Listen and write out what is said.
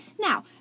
Now